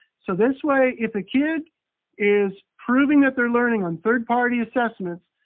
so this way, if the kid is proving that they're learning on third-party assessments,